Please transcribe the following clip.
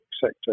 sector